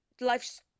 life's